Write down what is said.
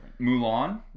Mulan